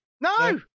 No